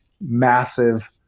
massive